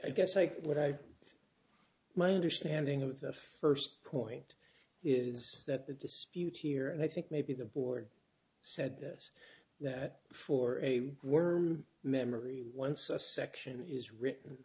i guess like what i my understanding of the first point is that the dispute here and i think maybe the board said this that for a worm memory once a section is written